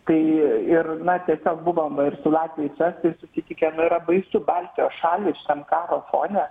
tai ir na tiesiog buvom su latviais estais susitikę nu yra baisu baltijos šalys šitam karo fone